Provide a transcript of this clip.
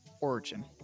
origin